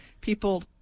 people